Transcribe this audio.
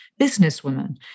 businesswoman